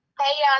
Hey